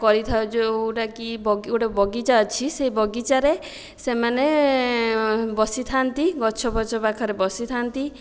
କରିଥାଉ ଯେଉଁଗୁଡ଼ାକ କି ଗୋଟିଏ ବଗିଚା ଅଛି ସେ ବଗିଚାରେ ସେମାନେ ବସିଥାନ୍ତି ଗଛ ଫଛ ପାଖରେ ବସିଥାନ୍ତି